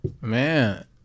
Man